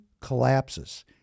collapses